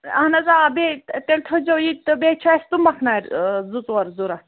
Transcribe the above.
اہَن حظ آ بیٚیہ تیٚلہِ تھٲوزیٚو یہِ تہِ بیٚیہِ چھِ اَسہِ تُمبکھ نارِ زٕ ژور ضروٗرت